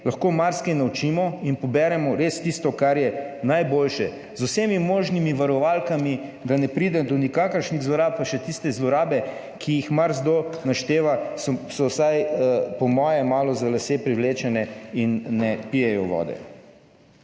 lahko marsikaj naučimo in poberemo res tisto, kar je najboljše, z vsemi možnimi varovalkami, da ne pride do nikakršnih zlorab - pa še tiste zlorabe, ki jih marsikdo našteva, so vsaj po moje malo za lase privlečene in ne pijejo vode.